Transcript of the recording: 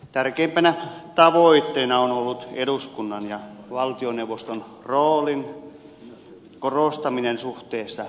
tärkeimpänä tavoitteena on ollut eduskunnan ja valtioneuvoston roolin korostaminen suhteessa presidenttiin